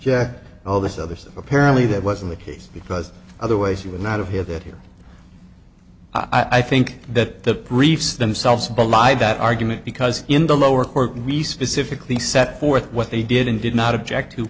n all this other stuff apparently that wasn't the case because otherwise you would not hear that here i think that the briefs themselves belie that argument because in the lower court and we specifically set forth what they did and did not object